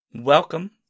Welcome